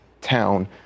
town